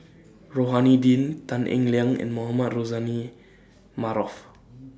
Rohani Din Tan Eng Liang and Mohamed Rozani Maarof